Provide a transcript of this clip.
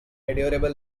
endurable